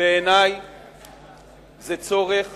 בעיני זה צורך